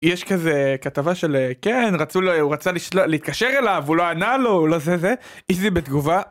יש כזה כתבה של כן, הוא רצה להתקשר אליו, הוא לא ענה לו, הוא לא זה זה, איזי בתגובה.